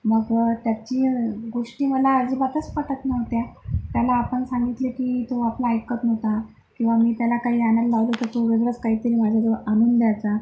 मग त्याची गोष्टी मला अजिबातच पटत नव्हत्या त्याला आपण सांगितलं की तो आपलं ऐकत नव्हता किंवा मी त्याला काही आणायला लावलं तर तो वेगळंच काहीतरी माझ्याजवळ आणून द्यायचा